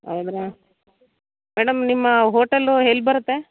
ಹೌದ್ರಾ ಮೇಡಮ್ ನಿಮ್ಮ ಹೋಟಲ್ಲು ಎಲ್ ಬರುತ್ತೆ